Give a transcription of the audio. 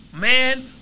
Man